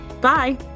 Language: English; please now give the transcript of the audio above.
Bye